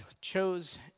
chose